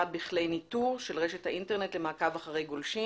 בכלי ניטור של רשת האינטרנט למעקב אחרי גולשים.